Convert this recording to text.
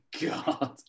God